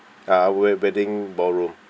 uh wed~ wedding ball room